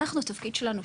התפקיד שלנו,